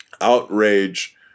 outrage